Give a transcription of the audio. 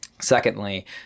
Secondly